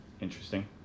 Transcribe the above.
interesting